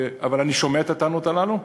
אבל אני שומע את הטענות הללו,